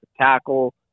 tackle